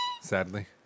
Sadly